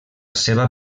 seva